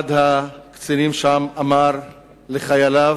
אחד הקצינים שם אמר לחייליו: